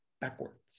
Backwards